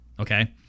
Okay